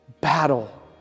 battle